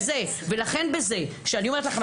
ולכן בזה שאני אומרת לכם,